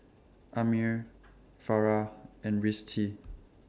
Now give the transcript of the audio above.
Ammir Farah and Rizqi